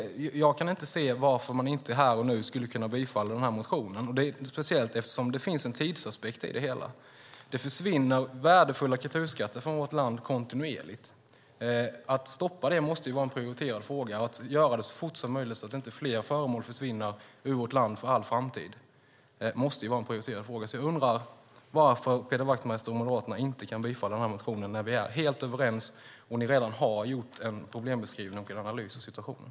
Jag kan inte se varför man inte här och nu kan bifalla motionen, speciellt eftersom det finns en tidsaspekt i det hela. Det försvinner kontinuerligt värdefulla kulturskatter från vårt land. Att stoppa detta måste vara en prioriterad fråga, så fort som möjligt så att inte fler föremål försvinner från vårt land för all framtid. Det måste vara en prioriterad fråga. Varför kan Peder Wachtmeister och Moderaterna inte bifalla motionen när vi är helt överens och ni redan har gjort en problembeskrivning och analys av situationen?